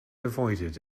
avoided